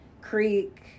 Creek